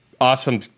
awesome